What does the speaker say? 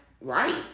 right